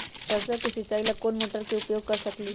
सरसों के सिचाई ला कोंन मोटर के उपयोग कर सकली ह?